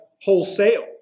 wholesale